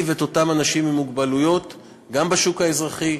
שדואגת להציב את אותם אנשים עם מוגבלויות גם בשוק האזרחי,